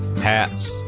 Hats